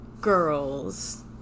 girls